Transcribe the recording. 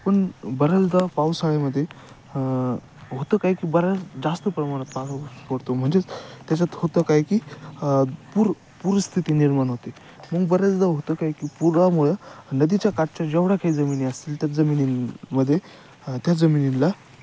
पण बऱ्याचदा पावसाळ्यामध्ये होतं काय की बऱ्याच जास्त प्रमाणात पाऊस पडतो म्हणजेच त्याच्यात होतं काय की पुर पुरस्थिती निर्माण होते मग बऱ्याचदा होतं काय की पुरामुळं नदीच्या काठच्या जेवढा काही जमिनी असतील त्या जमिनींमध्ये त्या जमिनीला